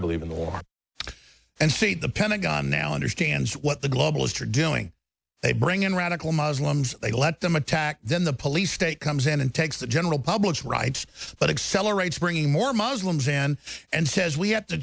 believe in the war and see the pentagon now understands what the globalists are doing they bring in radical muslims they let them attack then the police state comes in and takes the general public's rights but accelerates bringing more muslims in and says we have to